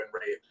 rate